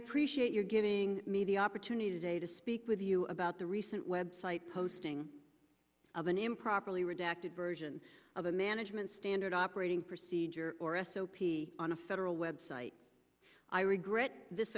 appreciate your giving me the opportunity today to speak with you about the recent web site posting of an improperly redacted version of a management standard operating procedure or a soapie on a federal web site i regret this